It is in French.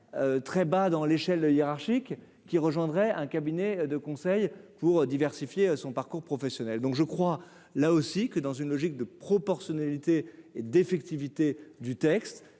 très bas dans l'échelle hiérarchique qui rejoindrait un cabinet de conseil pour diversifier son parcours professionnel, donc je crois là aussi que dans une logique de proportionnalité et d'effectivité du texte,